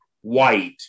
white